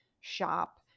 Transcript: shop